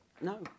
no